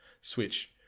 switch